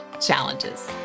challenges